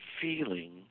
feeling